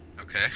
Okay